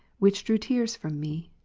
which drew tears from me.